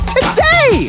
Today